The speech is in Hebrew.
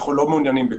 ואנחנו לא מעוניינים בכך.